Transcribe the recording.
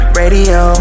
radio